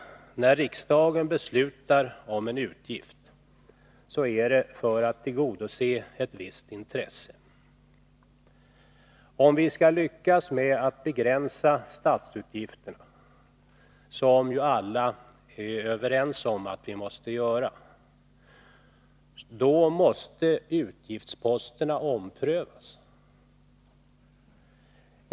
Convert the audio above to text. När riksdagen beslutar om en utgift, så är det för att tillgodose ett visst intresse. Om vi skall lyckas med att begränsa statsutgifterna, som ju alla är överens om att vi måste göra, då måste utgiftsposterna omprövas.